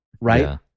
Right